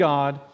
God